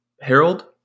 Harold